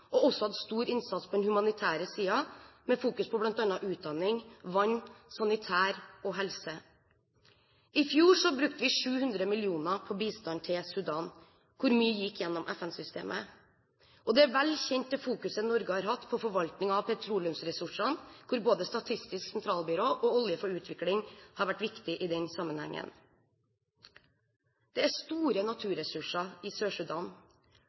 og også hatt en stor innsats på den humanitære siden, med fokus på bl.a. utdanning, vann, sanitære forhold og helse. I fjor brukte vi 700 mill. kr på bistand til Sudan, hvor mye gikk gjennom FN-systemet. Det er vel kjent det fokuset Norge har hatt på forvaltning av petroleumsressursene, hvor både Statistisk sentralbyrå og Olje for utvikling har vært viktige i den sammenhengen. Det er store naturressurser i